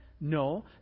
No